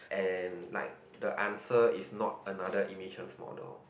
and like the answer is not another emissions model